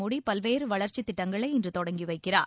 மோடி பல்வேறு வளர்ச்சித் திட்டங்களை இன்று தொடங்கி வைக்கிறார்